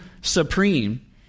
supreme